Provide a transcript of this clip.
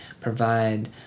provide